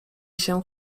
się